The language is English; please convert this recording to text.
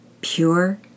pure